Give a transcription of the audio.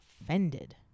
offended